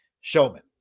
showman